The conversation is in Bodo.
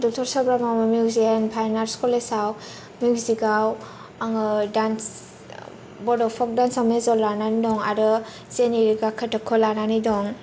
doctor Saba Brahma music and fine arts कलेजाव मिउजिकाव आङो दान्स बड' फक दान्सयाव मेजर लानानै दं आरो जेनेरिखया काताथखौ लानानै दं